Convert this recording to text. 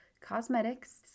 Cosmetics